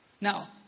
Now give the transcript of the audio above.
Now